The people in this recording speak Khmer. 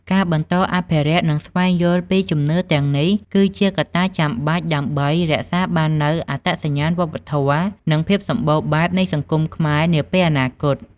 ការបន្តអភិរក្ស និងស្វែងយល់ពីជំនឿទាំងនេះ គឺជាកត្តាចាំបាច់ដើម្បីរក្សាបាននូវអត្តសញ្ញាណវប្បធម៌ និងភាពសម្បូរបែបនៃសង្គមខ្មែរនាពេលអនាគត។